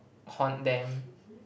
conned them